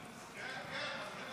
לפני שנצביע על ההסתייגות,